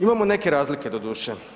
Imamo neke razlike doduše.